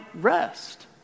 rest